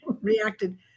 reacted